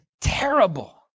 terrible